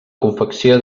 confecció